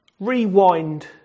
Rewind